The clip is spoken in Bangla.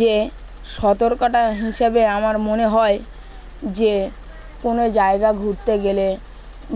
যে সতর্কটা হিসেবে আমার মনে হয় যে কোনো জায়গা ঘুরতে গেলে